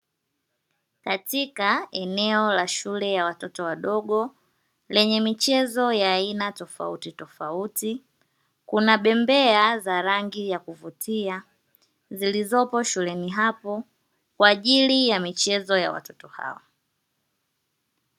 Katika eneo la shule ya watoto wadogo yenye michezo ya aina tofauti tofauti, kuna bembea za rangi ya kuvutia zilizopo shuleni hapo kwaajili ya michezo ya watoto hao.